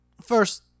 first